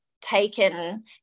taken